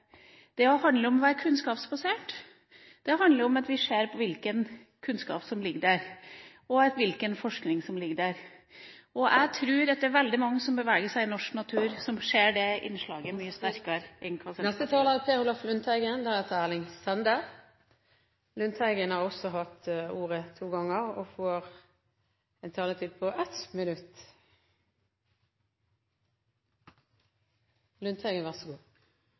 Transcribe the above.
Det handler om å være kunnskapsbasert, det handler om at vi ser hvilken kunnskap som ligger der, og hvilken forskning som ligger der. Jeg tror at det er veldig mange som beveger seg i norsk natur, som ser det innslaget mye sterkere enn hva Senterpartiet gjør. Representanten Per Olaf Lundteigen har hatt ordet to ganger tidligere og får ordet til en kort merknad, begrenset til 1 minutt.